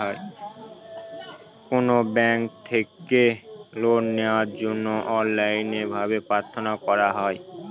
কোনো ব্যাঙ্ক থেকে লোন নেওয়ার জন্য অনলাইনে ভাবে প্রার্থনা করা হয়